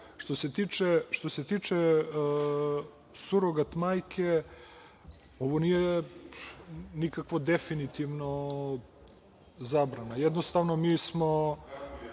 ide. Što se tiče surogat majke, ovo nije nikakva definitivna zabrana. Jednostavno mi smo